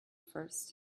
first